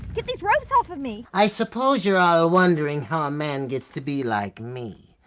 get these ropes off of me. i suppose you're all wondering how a man gets to be like me.